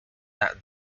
that